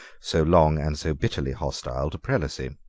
so long and so bitterly hostile to prelacy.